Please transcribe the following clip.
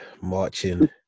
marching